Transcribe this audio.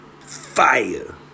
Fire